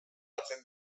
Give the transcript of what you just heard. batzen